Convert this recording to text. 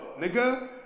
nigga